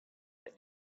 get